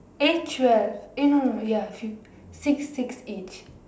eh twelve eh no no ya few six six each